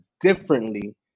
differently